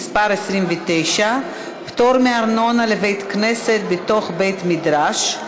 (מס' 29) (פטור מארנונה לבית-כנסת בתוך בית-מדרש),